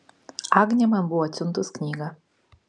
agnė man buvo atsiuntus knygą